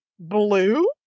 Blue